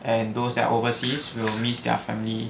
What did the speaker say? and those that overseas will miss their family